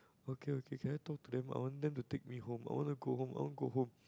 okay okay can I talk to them I want them to take me home I wanna go home I want go home